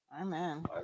Amen